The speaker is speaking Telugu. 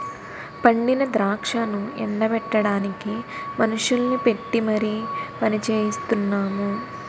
పండిన ద్రాక్షను ఎండ బెట్టడానికి మనుషుల్ని పెట్టీ మరి పనిచెయిస్తున్నాము